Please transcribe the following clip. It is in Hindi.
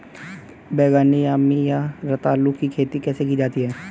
बैगनी यामी या रतालू की खेती कैसे की जाती है?